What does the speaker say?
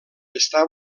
està